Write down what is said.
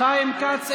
חיים כץ,